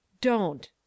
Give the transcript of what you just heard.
Don't